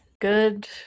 Good